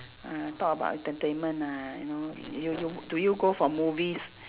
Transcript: uh talk about entertainment lah you know you you do you go for movies